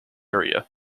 area